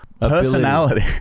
personality